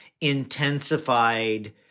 intensified